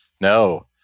No